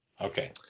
Okay